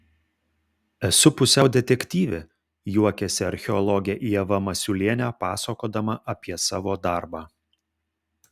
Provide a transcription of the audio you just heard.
esu pusiau detektyvė juokiasi archeologė ieva masiulienė pasakodama apie savo darbą